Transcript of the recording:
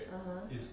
(uh huh)